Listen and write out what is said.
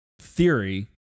theory